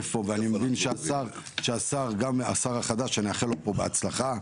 אני מבין שהשר החדש שנאחל לו פה בהצלחה,